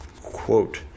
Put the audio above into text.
Quote